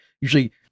usually